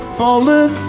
fallen